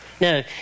No